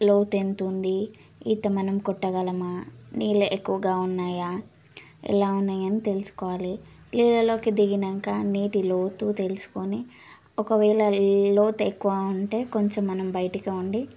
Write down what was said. లోతు ఎంతుంది ఈత మనం కొట్టగలమా నీళ్ళు ఎక్కువగా ఉన్నాయా ఎలా ఉన్నాయని తెలుసుకోవాలి నీళ్ళల్లోకి దిగినాక నీటి లోతు తెలుసుకొని ఒకవేళ లోతు ఎక్కువ ఉంటే కొంచెం మనం బయటికి ఉండి